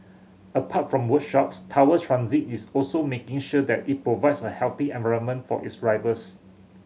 apart from workshops Tower Transit is also making sure that it provides a healthy environment for its drivers